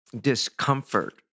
discomfort